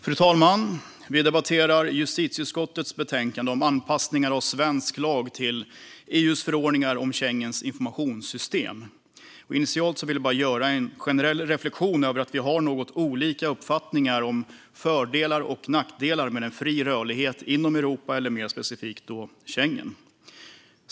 Fru talman! Vi debatterar nu justitieutskottets betänkande Anpassning ar av svensk lag till EU:s förordningar om Schengens informationssystem . Initialt ska jag göra en generell reflektion över att vi har något olika uppfattningar om fördelar och nackdelar med en fri rörlighet inom Europa och mer specifikt Schengen.